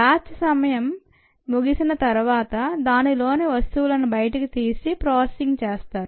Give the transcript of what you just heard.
batch సమయం ముగిసిన తర్వాత దానిలోని వస్తువులను బయటకు తీసి ప్రాసెసింగ్ చేస్తారు